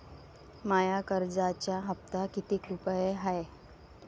माया कर्जाचा हप्ता कितीक रुपये हाय?